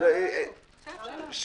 מקור חסוי